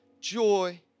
joy